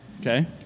Okay